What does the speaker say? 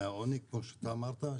מהעוני כמו שאתה אמרת,